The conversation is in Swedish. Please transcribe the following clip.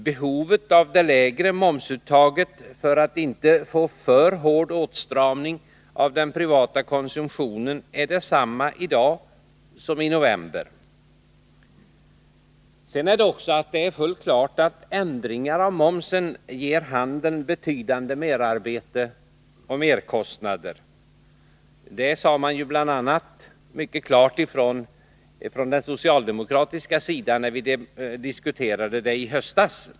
Behovet av det lägre momsuttaget för att inte få för hård åtstramning av den privata konsumtionen är detsamma i dag som i november. Det är också fullt klart att ändringar av momsen ger handeln betydande merarbete och merkostnader. Det framhölls mycket starkt av socialdemokraterna när vi i höstas diskuterade ändringar av momsen.